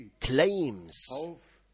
claims